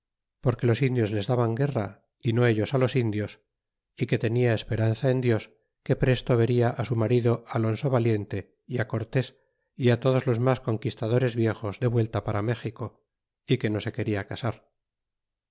porque los indios les daban guerra y no ellos los indios y que tenia esperanza en dios que presto n eria su marido alonso valiente y cortés y todos los mas conquistadores viejos de vuelta para méxico y que no se queda casar